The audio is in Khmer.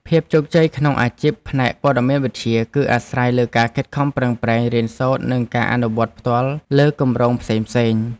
ភាពជោគជ័យក្នុងអាជីពផ្នែកព័ត៌មានវិទ្យា គឺអាស្រ័យលើការខិតខំប្រឹងប្រែងរៀនសូត្រនិងការអនុវត្តផ្ទាល់លើគម្រោងផ្សេងៗ។